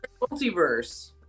multiverse